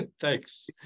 Thanks